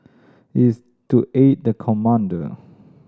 is to aid the commander